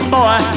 Boy